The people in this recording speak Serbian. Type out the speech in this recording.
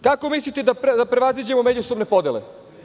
Kako mislite da prevaziđemo međusobne podele?